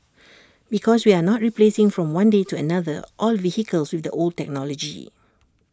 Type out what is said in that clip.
because we are not replacing from one day to another all vehicles with old technology